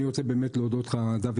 אני רוצה להודות לך על הדיון החשוב הזה,